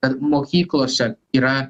kad mokyklose yra